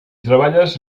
treballes